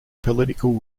political